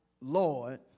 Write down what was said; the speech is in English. Lord